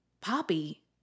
Poppy